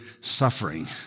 suffering